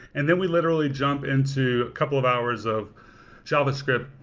and then we literally jump into a couple of hours of javascript.